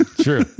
True